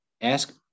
ask